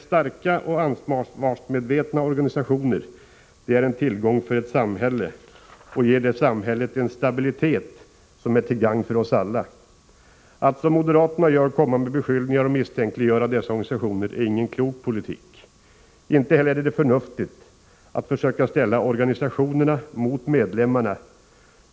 Starka och ansvarsmedvetna organisationer är en tillgång för ett samhälle och ger detta samhälle en stabilitet som är till gagn för oss alla. Att som moderaterna gör komma med beskyllningar och misstänkliggöra dessa organisationer är ingen klok politik. Inte heller är det förnuftigt att försöka ställa organisationerna mot medlemmarna.